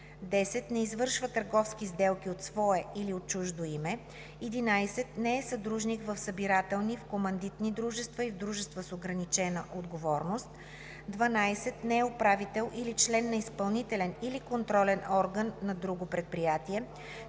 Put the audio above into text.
10. не извършва търговски сделки от свое или от чуждо име; 11. не е съдружник в събирателни, в командитни дружества и в дружества с ограничена отговорност; 12. не е управител или член на изпълнителен или контролен орган на друго публично